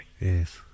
Yes